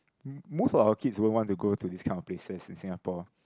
m~ most of our kids won't want to go to these kind of places in Singapore